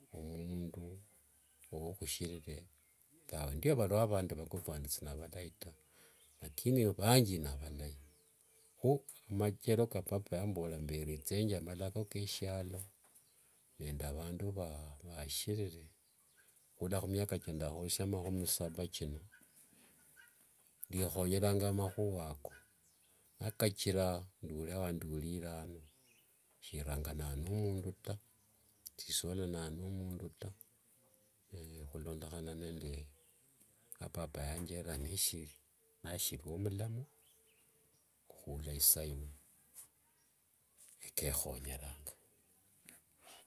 Omundu ukhushushirire ngavo ndio vario vandi vakhofu sinavalai tawe lakini vanjii navalai kho machero ka papa yamborera mbu erichenge malako keshialo nde avandu vashirire khula khumiaka kiandakhosia makhumi saba chino ndekhonyeranga makhua ako nikachira ndule wandurire ano sirangananga no mundu taa shisolananga nomundu taa khulondokhan a nende kapapa yanjerera nasiri nashirio mulamu okhula isaino nikekhonyeranga.